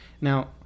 Now